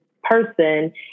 person